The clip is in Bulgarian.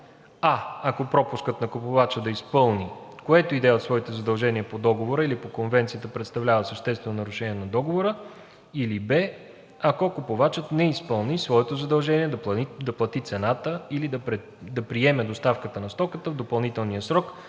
а) ако пропускът на купувача да изпълни което и да е от своите задължения по Договора или по Конвенцията представлява съществено нарушение на договора; или б) ако купувачът не изпълни своето задължение да плати цената или да приеме доставката на стоката в допълнителния срок,